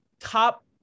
top